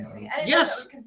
Yes